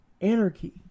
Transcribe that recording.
anarchy